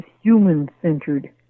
human-centered